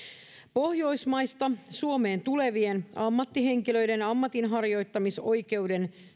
pohjoismaista suomeen tulevien ammattihenkilöiden ammatinharjoittamisoikeuden